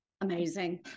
Amazing